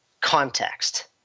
context